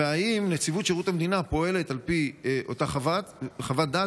3. האם נציבות שירות המדינה פועלת על פי אותה חוות דעת?